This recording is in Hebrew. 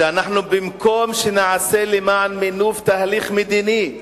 שבמקום שנעשה למען מינוף תהליך מדיני,